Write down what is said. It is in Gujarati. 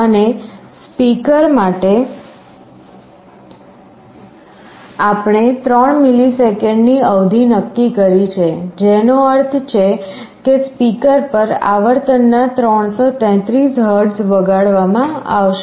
અને સ્પીકર માટે આપણે 3 મિલિસેકન્ડની અવધિ નક્કી કરી છે જેનો અર્થ છે કે સ્પીકર પર આવર્તનનાં 333 હર્ટ્ઝ વગાડવામાં આવશે